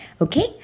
Okay